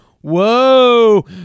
whoa